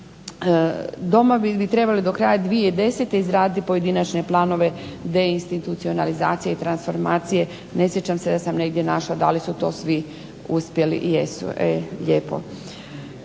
Domovi bi trebali do kraja 2010. izraditi pojedinačne planove deinstitucionalizacije i transformacije. Ne sjećam se da sam negdje našla da li su to svi uspjeli. Jesu, e lijepo.